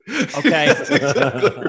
okay